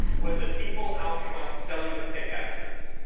was the people out front selling the pickaxes.